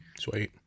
sweet